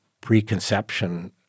preconception